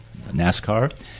NASCAR